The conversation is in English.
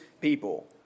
people